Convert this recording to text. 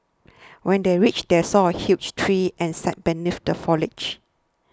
when they reached they saw a huge tree and sat beneath the foliage